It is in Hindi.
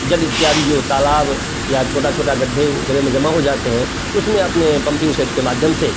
जल इत्यादि जो तालाब या छोटा छोटा गड्ढे वगैरह में जमा हो जाते हैं उसमें अपने पम्पिंग सेट के माध्यम से